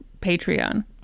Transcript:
Patreon